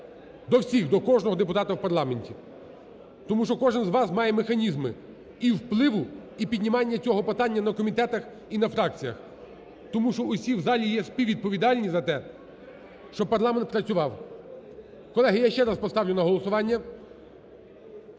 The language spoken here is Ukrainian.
до всіх, до кожного депутата в парламенті. Тому що кожен з вас має механізми і впливу, і піднімання цього питання на комітетах і на фракціях, тому що всі в залі є співвідповідальні за те, щоб парламент працював. Колеги, я ще раз поставлю на голосування,